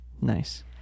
Nice